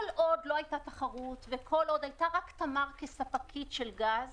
כל עוד לא הייתה תחרות וכל עוד הייתה רק תמר כספקית גז